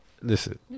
listen